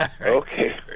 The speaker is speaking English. Okay